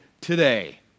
today